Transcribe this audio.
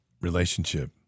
relationship